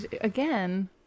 Again